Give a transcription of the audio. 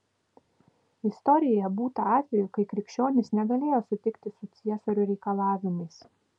istorijoje būta atvejų kai krikščionys negalėjo sutikti su ciesorių reikalavimais